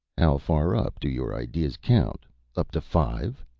how far up do your ideas count up to five?